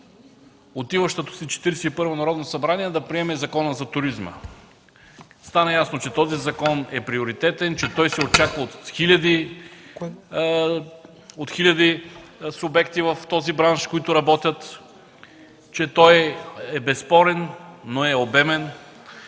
Четиридесет и първо Народно събрание да приеме Закона за туризма. Стана ясно, че този закон е приоритетен, че той се очаква от хиляди субекти в този бранш, които работят, че той е безспорен, но е обемен